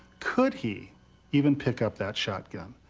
could he even pick up that shotgun?